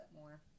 more